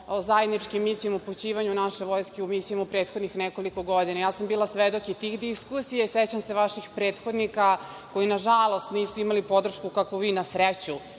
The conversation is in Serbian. o zajedničkim misijama o upućivanju naše vojske u misije u prethodnih nekoliko godina. Ja sam bila svedok i tih diskusija i sećam se vaših prethodnika koji, nažalost, nisu imali podršku kakvu vi, na sreću,